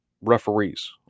referees